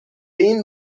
این